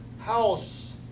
house